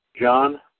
John